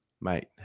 mate